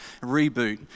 reboot